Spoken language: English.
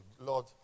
Lord